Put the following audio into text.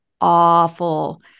awful